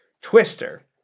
Twister